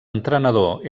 entrenador